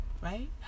Right